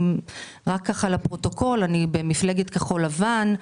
אני במפלגת כחול לבן,